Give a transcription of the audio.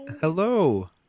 Hello